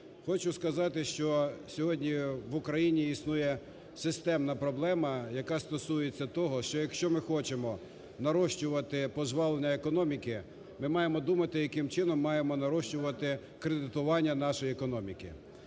Хочу сказати, що сьогодні в Україні існує системна проблема, яка стосується того, що якщо ми хочемо нарощувати пожвавлення економіки, ми маємо думати, яким чином маємо нарощувати кредитування нашої економіки